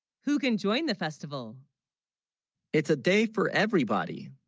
who can, join the festival it's a day for everybody